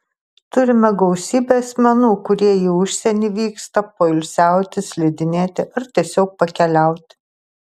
turime gausybę asmenų kurie į užsienį vyksta poilsiauti slidinėti ar tiesiog pakeliauti